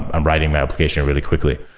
i'm writing my application really quickly.